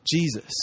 Jesus